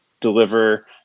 deliver